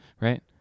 right